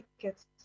tickets